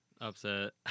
Upset